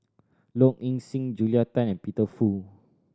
Low Ing Sing Julia Tan and Peter Fu